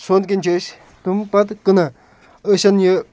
سونٛتھٕ کِنۍ چھِ أسۍ تِم پَتہٕ کٕنان أسی یَنہٕ یہِ